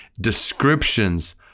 descriptions